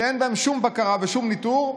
שאין בהם שום בקרה ושום ניטור,